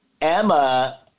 Emma